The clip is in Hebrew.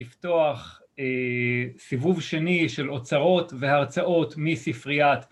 ‫לפתוח סיבוב שני של ‫אוצרות והרצאות מספריית.